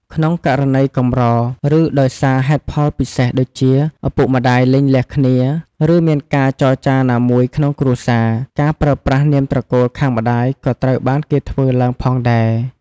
ក្នុងករណីកម្រ ឬ ដោយសារហេតុផលពិសេសដូចជា ឱពុកម្ដាយលែងលះគ្នា ឬ មានការចចារណាមួយក្នុងគ្រួសារ ការប្រើប្រាស់នាមត្រកូលខាងម្តាយក៏ត្រូវបានគេធ្វើឡើងផងដែរ។